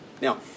Now